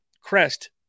crest